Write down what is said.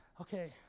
okay